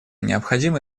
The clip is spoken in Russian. необходимы